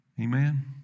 Amen